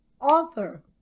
author